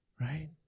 Right